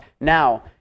Now